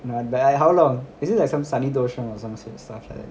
not ba~ how long is it like some சனிதோஷம்:sani thoocham or some sh~ stuff like that